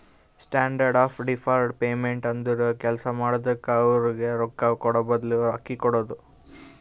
standard of deferred payment ಅಂದುರ್ ಕೆಲ್ಸಾ ಮಾಡಿದುಕ್ಕ ಅವ್ರಗ್ ರೊಕ್ಕಾ ಕೂಡಾಬದ್ಲು ಅಕ್ಕಿ ಕೊಡೋದು